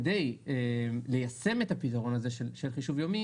כדי ליישם את הפתרון הזה של חישוב יומי